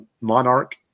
Monarch